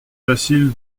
facile